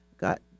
got